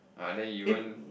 ah then you want